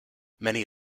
many